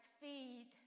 feed